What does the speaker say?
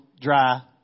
dry